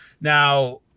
Now